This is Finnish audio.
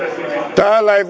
täällä ei